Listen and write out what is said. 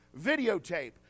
videotape